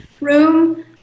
room